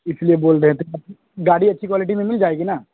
اس لیے بول رہے تھے گاڑی اچھی کوالٹی میں مل جائے گی نا